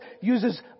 uses